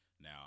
Now